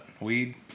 weed